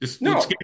No